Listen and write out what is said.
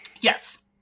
Yes